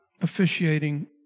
officiating